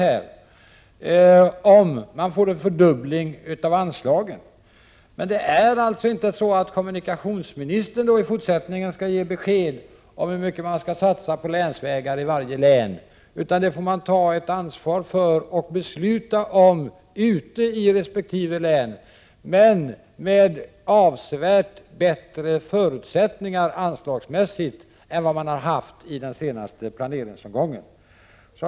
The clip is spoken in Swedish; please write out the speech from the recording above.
Det är alltså i fortsättningen inte så att kommunikationsministern skall ge besked om hur mycket man i varje län skall satsa på länsvägar, utan det får man ta ansvar för och besluta om ute i resp. län — med avsevärt bättre förutsättningar anslagsmässigt än man haft i den senaste planeringsomgången.